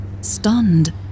stunned